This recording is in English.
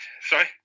Sorry